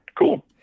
Cool